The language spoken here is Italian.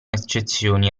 eccezioni